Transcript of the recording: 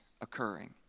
occurring